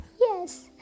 Yes